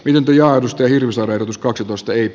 pidentyjalosteidensa verotus kaksitoista jyp